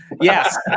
Yes